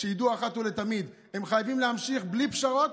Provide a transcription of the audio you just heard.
שידעו אחת ולתמיד: הם חייבים להמשיך בלי פשרות